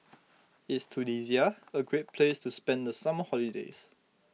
is Tunisia a great place to spend the summer holiday